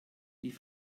die